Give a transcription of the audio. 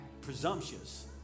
presumptuous